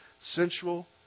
sensual